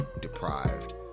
deprived